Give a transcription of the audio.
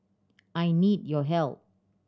I need your help